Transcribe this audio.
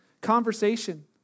Conversation